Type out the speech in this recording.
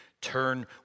turn